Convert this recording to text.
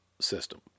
system